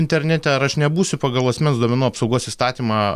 internete ar aš nebūsiu pagal asmens duomenų apsaugos įstatymą